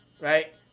Right